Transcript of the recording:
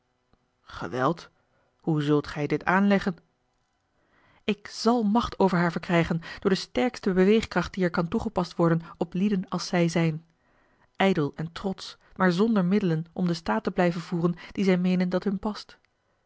geweld hoe zult gij dit aanleggen ik zal macht over haar verkrijgen door de sterkste beweegkracht die er kan toegepast worden op lieden als zij zijn ijdel en trots maar zonder middelen om den staat te blijven voeren dien zij meenen dat hun past